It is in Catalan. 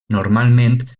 normalment